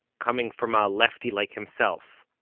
coming from a leftie like himself.